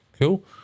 Cool